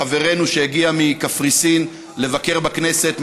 חברנו שהגיע מקפריסין לבקר בכנסת,